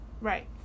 Right